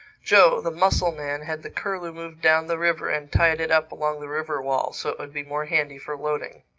joe, the mussel-man, had the curlew moved down the river and tied it up along the river-wall, so it would be more handy for loading.